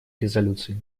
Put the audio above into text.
резолюции